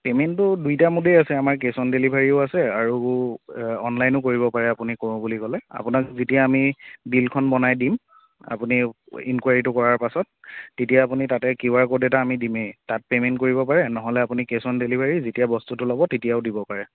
পেমেণ্টটো দুইটা মোডেই আছে আমাৰ কেছ অন ডেলিভাৰীও আছে আৰু অনলাইনো কৰিব পাৰে আপুনি কৰোঁ বুলি ক'লে আপোনাক যেতিয়া আমি বিলখন বনাই দিম আপুনি ইনকোৱাৰিটো কৰাৰ পাছত তেতিয়া আপুনি তাতে কিউ আৰ ক'ড এটা দিমেই তাত পেমেণ্ট কৰিব পাৰে নহ'লে আপুনি কেছ অন ডেলিভাৰী যেতিয়া বস্তুটো ল'ব তেতিয়াও দিব পাৰে